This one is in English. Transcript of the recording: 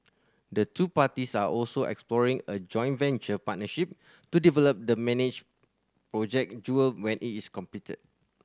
the two parties are also exploring a joint venture partnership to develop the manage Project Jewel when it is completed